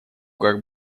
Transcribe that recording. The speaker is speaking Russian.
как